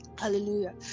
Hallelujah